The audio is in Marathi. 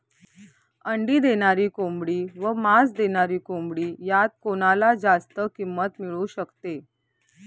अंडी देणारी कोंबडी व मांस देणारी कोंबडी यात कोणाला जास्त किंमत मिळू शकते?